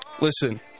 Listen